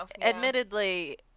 admittedly